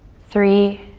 three,